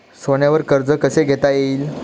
सोन्यावर कर्ज कसे घेता येईल?